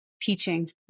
teaching